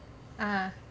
ah